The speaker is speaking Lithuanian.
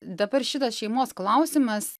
dabar šitas šeimos klausimas